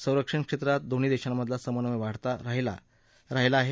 संरक्षम क्षेत्रात दोन्ही देशांमधला समन्वय वाढता राहिला आहे